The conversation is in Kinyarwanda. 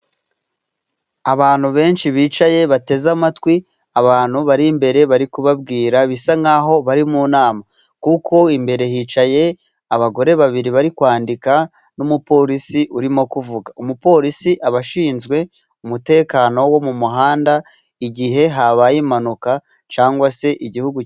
Abantu benshi bicaye bateze amatwi; Abantu bari imbere bari kubabwira bisa nkaho bari mu nama, kuko imbere hicaye abagore babiri bari kwandika n'umupolisi urimo umupolisi abashinzwe umutekano wo mu muhanda igihe habaye impanuka.